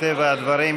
מטבע הדברים,